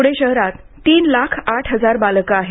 पूणे शहरात तीन लाख आठ हजार बालके आहेत